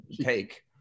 take